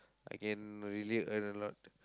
I can really earn a lot